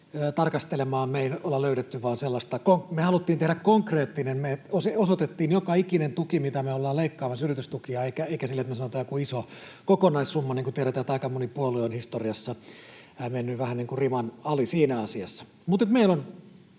tarkastelemaan, me ei vain olla löydetty sellaista... Me haluttiin tehdä konkreettinen, me osoitettiin joka ikinen tuki, mitä me ollaan leikkaamassa yritystukia, eikä sillä tavalla, että me sanotaan joku iso kokonaissumma, niin kuin tiedetään, että aika moni puolue on historiassa mennyt vähän niin kuin riman ali siinä asiassa. Mutta meillä on